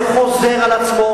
זה חוזר על עצמו.